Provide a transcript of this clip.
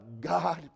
God